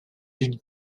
d’une